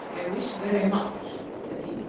i wish very much, said he,